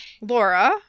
Laura